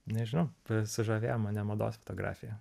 nežinau sužavėjo mane mados fotografija